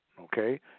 Okay